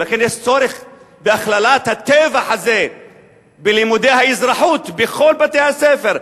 ולכן יש צורך בהכללת הטבח הזה בלימודי האזרחות בכל בתי-הספר.